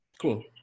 cool